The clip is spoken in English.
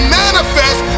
manifest